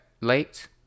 late